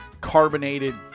carbonated